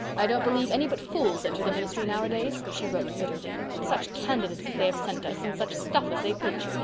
i don't believe any but fools enter the ministry nowadays, she wrote bitterly. such candidates as they have sent us, and such stuff as they preach!